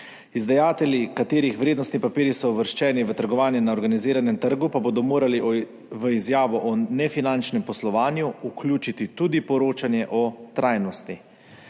Izdajatelji, katerih vrednostni papirji so uvrščeni v trgovanje na organiziranem trgu, pa bodo morali v izjavo o nefinančnem poslovanju vključiti tudi poročanje o trajnosti.